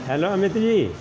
hello Amit ਜੀ